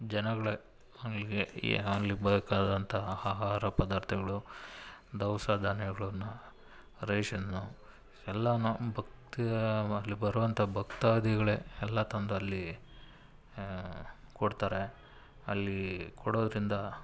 ಜನಗಳೇ ಏನಾಗಲಿ ಬೇಕಾದಂತಹ ಆಹಾರ ಪದಾರ್ಥಗಳು ದವಸ ಧಾನ್ಯಗಳನ್ನು ರೇಷನ್ನು ಎಲ್ಲ ನಮ್ಮ ಭಕ್ತ ಅಲ್ಲಿ ಬರುವಂಥ ಭಕ್ತಾದಿಗಳೇ ಎಲ್ಲ ತಂದು ಅಲ್ಲಿ ಕೊಡ್ತಾರೆ ಅಲ್ಲಿ ಕೊಡೋದ್ರಿಂದ